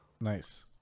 Nice